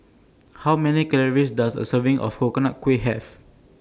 How Many Calories Does A Serving of Coconut Kuih Have